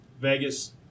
Vegas